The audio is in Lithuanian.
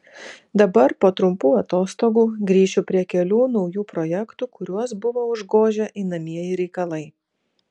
dabar po trumpų atostogų grįšiu prie kelių naujų projektų kuriuos buvo užgožę einamieji reikalai